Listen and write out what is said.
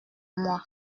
moi